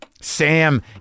Sam